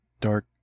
dark